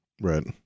right